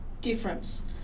difference